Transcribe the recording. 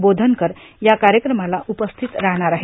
बोधनकर या कार्यक्रमाला उपस्थित राहणार आहेत